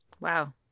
Wow